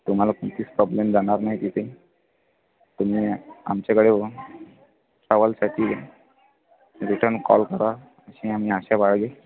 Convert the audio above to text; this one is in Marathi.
तुम्हाला कोणताच प्रॉब्लेम जाणार नाही तिथे तुम्ही आमच्याकडे ट्रवलसाठी रिटर्न कॉल करा अशी आम्ही अशा बाळगेल